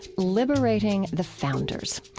liberating the founders.